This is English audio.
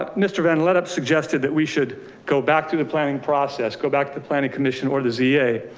ah mr. van led up suggested that we should go back to the planning process, go back to the planning commission or the zba.